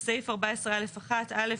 בסעיף 14 (1) א'.